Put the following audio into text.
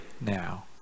now